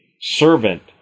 servant